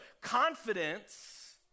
confidence